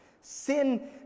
sin